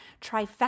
trifecta